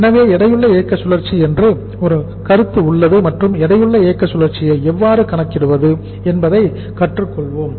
எனவே எடையுள்ள இயக்க சுழற்சி என்று ஒரு கருத்து உள்ளது மற்றும் எடையுள்ள இயக்க சுழற்சியை எவ்வாறு கணக்கிடுவது என்பதை கற்றுக் கொள்வோம்